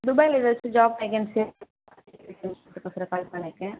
துபாயில் எதாச்சும் job vacancy இப்போ ப்ரிப்ஃபேர் பண்ணிருக்கேன்